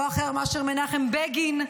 לא אחר מאשר מנחם בגין,